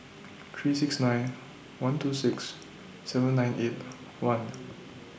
three six nine one two six seven nine eight one